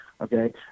okay